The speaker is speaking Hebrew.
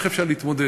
איך אפשר להתמודד,